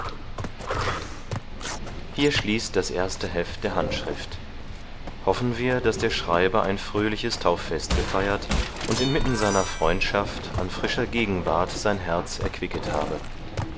hier schließt das erste heft der handschrift hoffen wir daß der schreiber ein fröhliches tauffest gefeiert und inmitten seiner freundschaft an frischer gegenwart sein herz erquickt habe